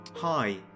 Hi